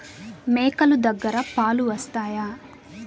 మేక లు దగ్గర పాలు వస్తాయా?